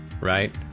right